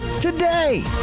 today